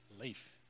leaf